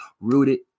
rooted